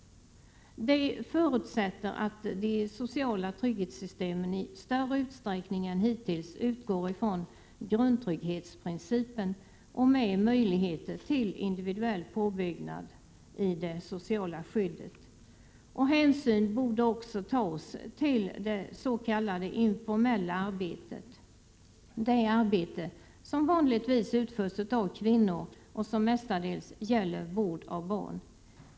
Det förutsätter att de sociala trygghetssystemen i större utsträckning än hittills utgår från grundtrygghetsprincipen, med möjligheter till individuell påbyggnad i det sociala skyddet. Hänsyn borde också tas till det s.k. informella arbetet — det arbete som vanligtvis utförs av kvinnor och som mestadels gäller vård av barn.